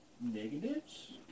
negatives